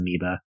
amoeba